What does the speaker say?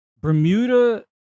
Bermuda